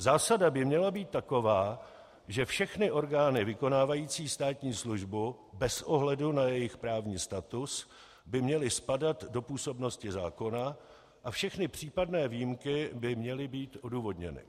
Zásada by měla být taková, že všechny orgány vykonávající státní službu, bez ohledu na jejich právní status, by měly spadat do působnosti zákona a všechny případné výjimky by měly být odůvodněny.